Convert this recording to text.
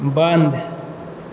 बंद